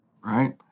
right